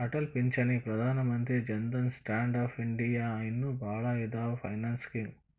ಅಟಲ್ ಪಿಂಚಣಿ Pradhan Mantri Jan Dhan stand up India ಇನ್ನು ಭಾಳ್ ಅದಾವ್ ಫೈನಾನ್ಸ್ ಸ್ಕೇಮ್